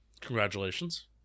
Congratulations